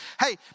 Hey